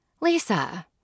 Lisa